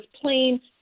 plain